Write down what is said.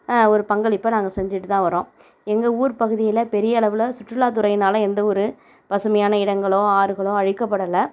ஒரு பங்களிப்பை நாங்கள் செஞ்சிகிட்டுதான் வரோம் எங்கள் ஊர் பகுதியில் பெரிய அளவில் சுற்றுலா துறையினால் எந்த ஒரு பசுமையான இடங்களோ ஆறுகளோ அழிக்க படலை